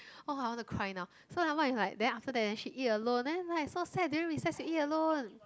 !wah! I want to cry now so never mind is like then after that then she eat alone then is like so sad during recess you eat alone